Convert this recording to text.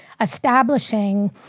establishing